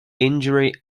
injury